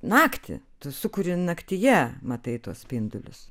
naktį tu sukuri naktyje matai tuos spindulius